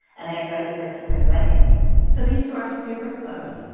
and i invited her to my wedding so these two are super close.